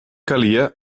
calia